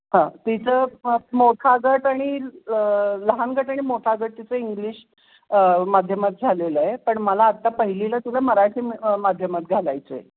हां तिचं मोठा गट आणि लहान गट आणि मोठा गट तिचं इंग्लिश माध्यमात झालेलं आहे पण मला आत्ता पहिलीला तुला मराठी मे माध्यमात घालायचं आहे